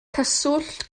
cyswllt